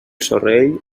sorell